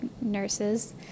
nurses